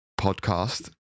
podcast